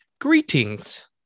greetings